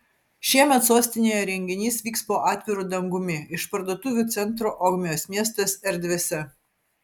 šiemet sostinėje renginys vyks po atviru dangumi išparduotuvių centro ogmios miestas erdvėse